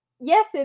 yes